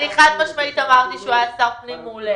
אני חד משמעית אמרתי שהוא שר פנים מעולה.